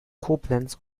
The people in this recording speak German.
koblenz